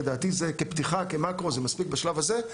לדעתי כמאקרו וכפתיחה זה מספיק בשלב הזה.